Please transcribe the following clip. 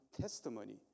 testimony